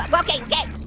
um okay, okay.